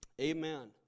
Amen